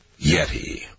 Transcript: Yeti